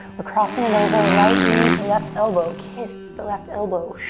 we're crossin' it over right knee to left elbow. kiss the left elbow.